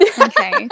okay